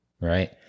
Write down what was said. right